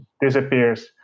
Disappears